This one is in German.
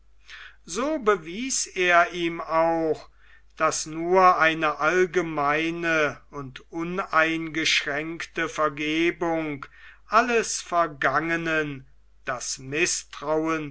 so bewies er ihm auch daß nur eine allgemeine und uneingeschränkt vergebung alles vergangenen das mißtrauen